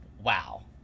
wow